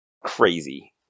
Crazy